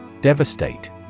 Devastate